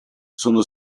sono